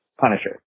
Punisher